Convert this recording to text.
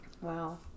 wow